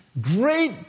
great